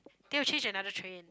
then you change another train